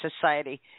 Society